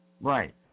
Right